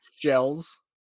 gels